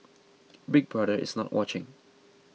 Big Brother is not watching